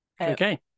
Okay